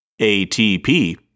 ATP